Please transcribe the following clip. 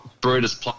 Brutus